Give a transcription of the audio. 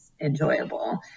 enjoyable